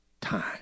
time